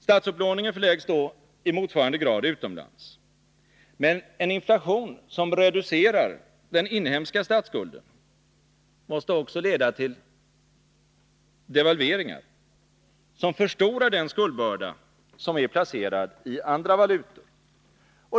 Statsupplåningen förläggs då i motsvarande grad utomlands. Men en inflation som reducerar den inhemska statsskulden måste också leda till devalveringar, som förstorar den skuldbörda som är placerad i andra valutor.